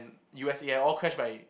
U_S_A all crashed by